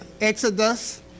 Exodus